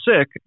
sick